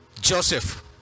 joseph